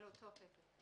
יש לנו 51 הסתייגויות.